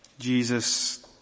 Jesus